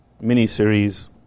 mini-series